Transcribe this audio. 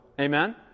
Amen